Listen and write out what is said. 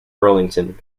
burlington